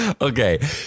Okay